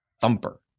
Thumper